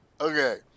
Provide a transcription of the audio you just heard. Okay